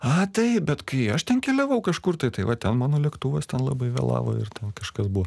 a taip bet kai aš ten keliavau kažkur tai tai va ten mano lėktuvas ten labai vėlavo ir ten kažkas buvo